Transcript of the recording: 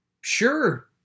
Sure